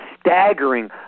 staggering